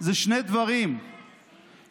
זה שני דברים שאותם,